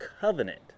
covenant